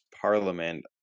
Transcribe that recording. parliament